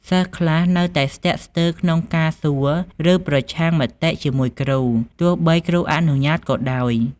សិស្សខ្លះនៅតែស្ទាក់ស្ទើរក្នុងការសួរ ឬប្រឆាំងមតិជាមួយគ្រូ ទោះបីគ្រូអនុញ្ញាតិក៏ដោយ។